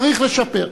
צריך לשפר.